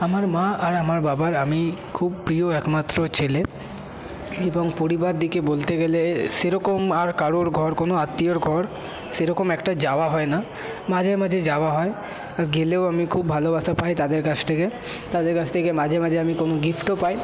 আমার মা আর আমার বাবার আমি খুব প্রিয় একমাত্র ছেলে এবং পরিবারদিকে বলতে গেলে সেরকম আর কারোর ঘর কোনো আত্মীয়র ঘর সেরকম একটা যাওয়া হয় না মাঝে মাঝে যাওয়া হয় গেলেও আমি খুব ভালোবাসা পাই তাদের কাছ থেকে তাদের কাছ থেকে মাঝে মাঝে আমি কোনো গিফটও পাই